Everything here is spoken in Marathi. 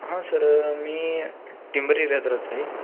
हां सर मी टिंबर एरियात राहतो आहे